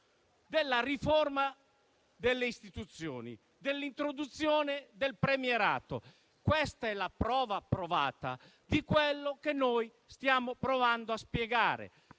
della riforma delle istituzioni e dell'introduzione del premierato. Questa è la prova provata di quello che stiamo provando a spiegare: